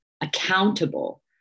accountable